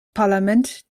parlament